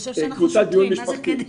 קבוצת דיון משפחתית.